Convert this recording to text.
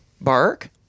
Bark